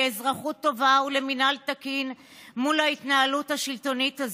לאזרחות טובה ולמינהל תקין מול ההתנהלות השלטונית הזאת.